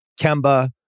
Kemba